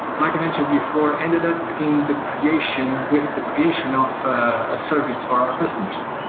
like i mentioned before, ended up in the creation with the creation of a service for our customers.